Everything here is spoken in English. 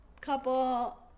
couple